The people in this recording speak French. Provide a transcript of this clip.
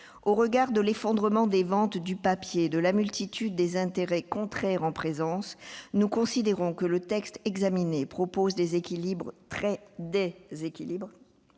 Au regard de l'effondrement des ventes du papier et de la multitude des intérêts contraires en présence, nous considérons que le texte examiné permet des équilibres très satisfaisants.